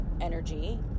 energy